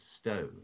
stone